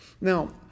Now